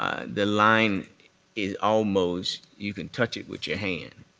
the line is almost you can touch it with your hand.